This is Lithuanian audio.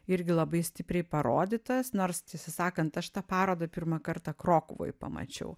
irgi labai stipriai parodytas nors tiesą sakant aš tą parodą pirmą kartą krokuvoj pamačiau